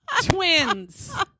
twins